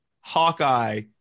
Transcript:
Hawkeye